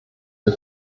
für